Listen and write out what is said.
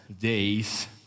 days